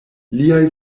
liaj